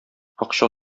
акча